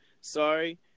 Sorry